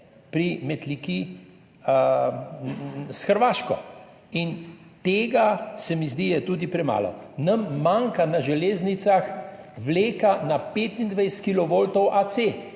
pri Metliki s Hrvaško. In tega, se mi zdi, je tudi premalo. Nam manjka na železnicah vleka na 25